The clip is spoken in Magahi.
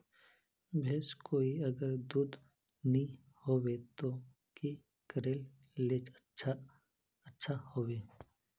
भैंस कोई अगर दूध नि होबे तो की करले ले अच्छा होवे?